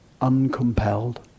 uncompelled